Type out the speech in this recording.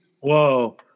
Whoa